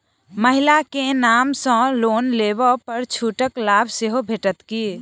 महिला केँ नाम सँ लोन लेबऽ पर छुटक लाभ सेहो भेटत की?